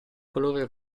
colore